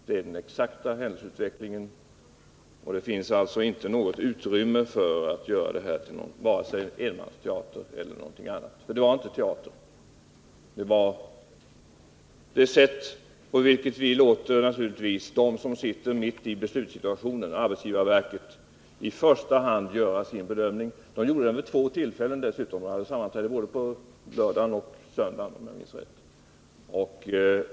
Det är den exakta händelseutvecklingen, och det finns alltså inte något utrymme för att göra det här till vare sig någon enmansteater eller någonting annat, för det var inte teater! Det var det sätt på vilket vi naturligtvis låter det organ som sitter mitt i beslutsprocessen — arbetsgivarverket — i första hand göra sin bedömning. Arbetsgivarverket gjorde dessutom bedömningen vid två tillfällen — man hade sammanträde på lördagen och söndagen.